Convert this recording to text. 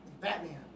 Batman